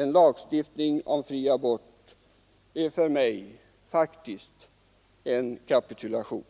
En lagstiftning om fri abort upplevs av mig faktiskt som en kapitulation.